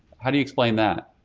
how do you explain that?